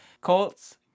Colts